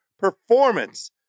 Performance